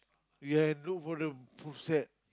you can look for the full set